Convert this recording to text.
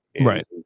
right